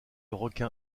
requin